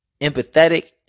empathetic